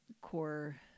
core